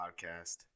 podcast